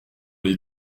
les